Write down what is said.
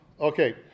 Okay